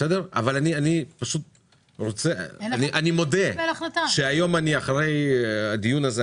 אני מודה שהיום אחרי הדיון הזה,